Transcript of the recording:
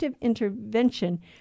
intervention